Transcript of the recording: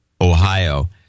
Ohio